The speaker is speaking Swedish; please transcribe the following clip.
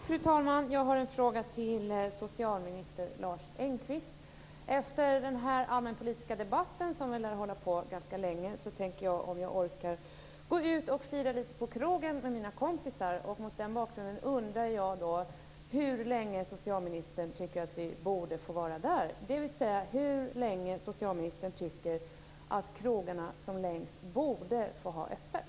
Fru talman! Jag har en fråga till socialminister Efter den allmänpolitiska debatten, som lär hålla på ganska länge, tänker jag, om jag orkar, gå ut och fira lite på krogen med mina kompisar. Mot den bakgrunden undrar jag hur länge socialministern tycker att vi borde få vara där, dvs. hur länge socialministern tycker att krogarna som längst borde få ha öppet.